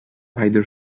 either